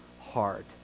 hard